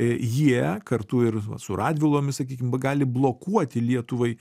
jie kartu ir su radvilomis sakykim gali blokuoti lietuvai